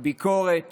וביקורת